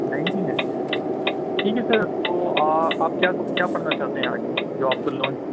nineteen ہے ٹھیک ہے سر تو آپ کیا تو کیا پڑھنا چاہتے ہیں آگے جو آپ کو لون